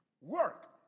work